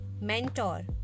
mentor